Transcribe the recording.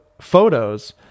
photos